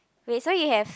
wait so you have